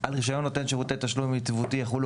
על רישיון נותן שירותי תשלום יציבותי יחולו